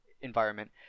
environment